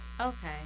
Okay